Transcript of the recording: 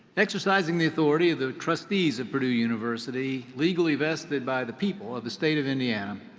exercising the authority of the trustees of purdue university, legally vested by the people of the state of indiana,